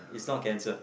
it's not cancer